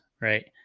right